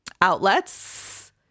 outlets